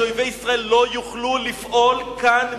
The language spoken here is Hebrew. שאויבי ישראל לא יוכלו לפעול כאן,